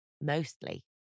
mostly